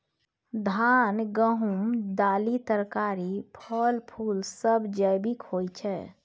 धान, गहूम, दालि, तरकारी, फल, फुल सब जैविक होई छै